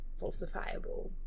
falsifiable